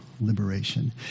liberation